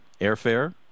airfare